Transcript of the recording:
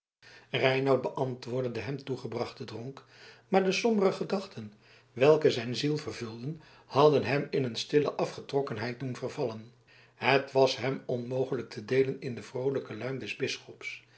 reinout beantwoordde den hem toegebrachten dronk maar de sombere gedachten welke zijn ziel vervulden hadden hem in een stille afgetrokkenheid doen vervallen het was hem onmogelijk te deelen in de vroolijke luim des bisschops